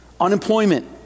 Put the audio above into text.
Unemployment